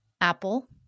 Apple